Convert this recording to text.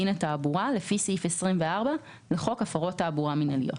דין לתעבורה לפי סעיף 24 לחוק הפרות תעבורה מינהליות";